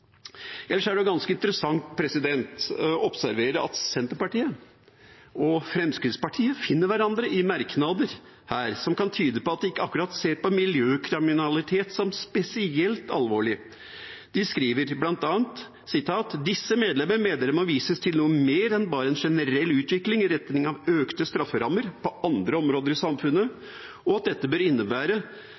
Ellers er det ganske interessant å observere at Senterpartiet og Fremskrittspartiet finner hverandre i merknader her som kan tyde på at de ikke akkurat ser på miljøkriminalitet som spesielt alvorlig. De skriver bl.a.: «Disse medlemmer mener det må vises til noe mer enn bare en generell utvikling i retning av økte strafferammer på andre områder i samfunnet, og at dette bør innebære